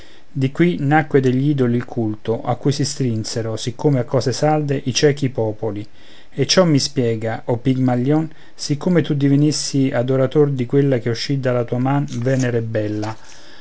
di qui nacque degli idoli il culto a cui si strinsero siccome a cose salde i ciechi popoli e ciò mi spiega o pigmalion siccome tu divenissi adorator di quella che uscì dalla tua man venere bella